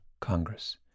Congress